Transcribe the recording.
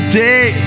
day